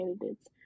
candidates